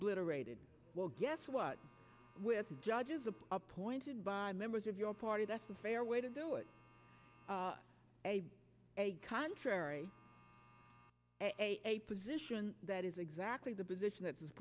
obliterated well guess what with the judges appointed by members of your party that's a fair way to do it a contrary a position that is exactly the position that